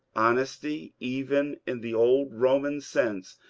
honesty, even in the old boman sense,